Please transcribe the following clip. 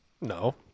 No